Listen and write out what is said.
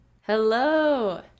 hello